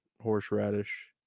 horseradish